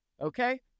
Okay